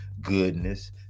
goodness